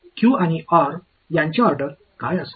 q आणि r यांचे order काय असेल